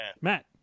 Matt